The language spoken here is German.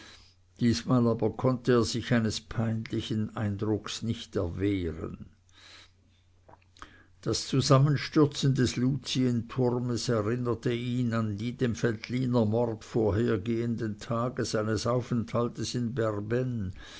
diesmal aber konnte er sich eines peinlichen eindrucks nicht erwehren das zusammenstürzen des luzienturmes erinnerte ihn an die dem veltlinermord vorhergehenden tage seines aufenthaltes in